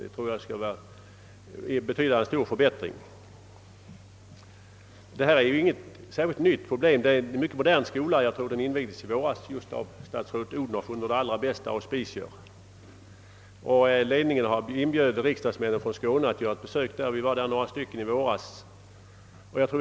Det tror jag kommer att betyda en stor förbättring. Annars är Råby en mycket modern skola, som jag har för mig att statsrådet Odhnoff själv invigde i våras under de allra bästa auspicier. Skolans ledning har också inbjudit riksdagsmän från Skåne till ett besök, och vi var några ledamöter som hörsammade denna inbjudan i våras.